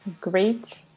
great